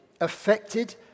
affected